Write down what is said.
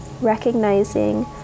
recognizing